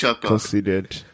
conceded